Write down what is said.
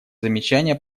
замечания